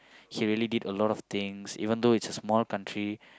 he really did a lot of things even though it's a small country